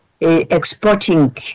exporting